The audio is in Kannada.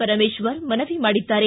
ಪರಮೇಶ್ವರ್ ಮನವಿ ಮಾಡಿದ್ದಾರೆ